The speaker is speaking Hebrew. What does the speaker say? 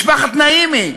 משפחת נעימי,